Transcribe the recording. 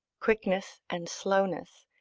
quickness and slowness,